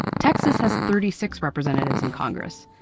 texas has thirty six representatives in congress.